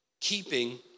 keeping